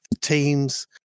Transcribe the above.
teams